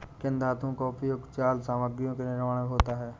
किन धातुओं का उपयोग जाल सामग्रियों के निर्माण में होता है?